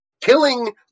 killing